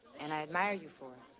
and i admire you for it.